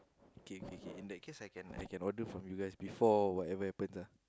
okay okay okay in that case I can I cannot do for any of you guys before anything happen ah